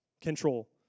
control